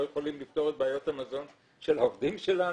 לא יכולים לפתור את בעיות המזון של העובדים שלנו.